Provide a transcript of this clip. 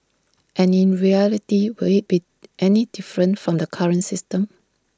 and in reality will IT be any different from the current system